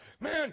man